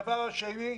הדבר השני,